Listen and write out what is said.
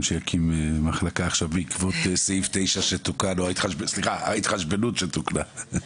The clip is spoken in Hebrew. שהקים מחלקה עכשיו בעקבות ההתחשבנות שתוקנה.